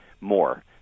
more